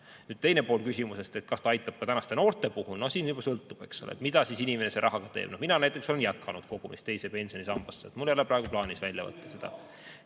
Nüüd teine pool küsimusest, kas see aitab ka tänaste noorte puhul. No siin juba sõltub, mida inimene selle rahaga teeb. Mina näiteks olen jätkanud kogumist teise pensionisambasse, mul ei ole praegu plaanis seda välja võtta.